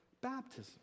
baptism